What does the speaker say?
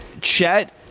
Chet